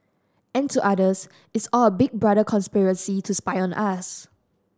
and to others it's all a Big Brother conspiracy to spy on us